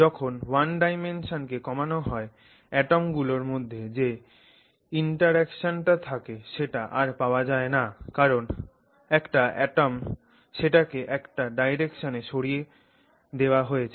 যখন 1-ডাইমেনশনকে কমানো হয় অ্যাটম গুলোর মধ্যে যে ইন্টারঅ্যাকশনটা থাকে সেটা আর পাওয়া যায় না কারণ একটা অ্যাটমের সেটকে একটা ডাইরেকশনে সরিয়ে দেওয়া হয়েছে